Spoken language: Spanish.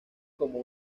como